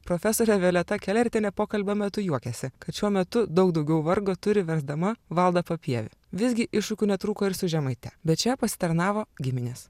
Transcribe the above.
profesorė violeta kelertienė pokalbio metu juokiasi kad šiuo metu daug daugiau vargo turi versdama valdą papievį visgi iššūkių netrūko ir su žemaite bet čia pasitarnavo giminės